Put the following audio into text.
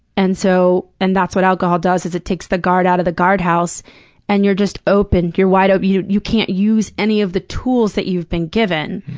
and so and that's what alcohol does, is it takes the guard out of the guard house and you're just open. you're wide open you can't use any of the tools that you've been given,